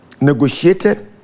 negotiated